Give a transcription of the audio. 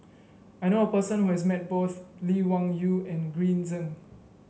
I knew a person who has met both Lee Wung Yew and Green Zeng